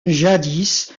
jadis